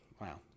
Wow